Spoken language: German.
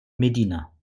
medina